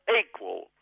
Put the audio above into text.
equal